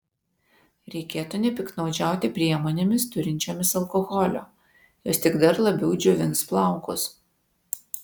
reikėtų nepiktnaudžiauti priemonėmis turinčiomis alkoholio jos tik dar labiau džiovins plaukus